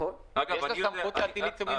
יש לה סמכות להטיל עיצומים